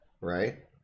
right